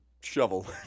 shovel